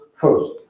first